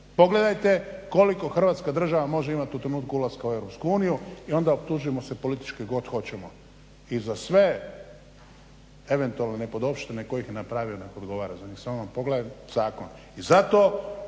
Pogledajte koliko Hrvatska država može imati u trenutku ulaska u EU i onda optužujmo se politički koliko god hoćemo. I za sve eventualne nepodopštine tko ih je napravio nek' odgovara za njih. Samo nek' pogleda zakon.